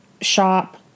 shop